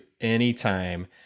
anytime